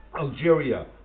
Algeria